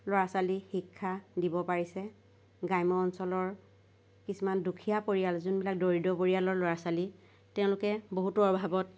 ল'ৰা ছোৱালীক শিক্ষা দিব পাৰিছে গ্ৰাম্য অঞ্চলৰ কিছুমান দুখীয়া পৰিয়াল যোনবিলাক দৰিদ্ৰ পৰিয়ালৰ ল'ৰা ছোৱালী তেওঁলোকে বহুতো অভাৱত